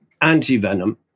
anti-venom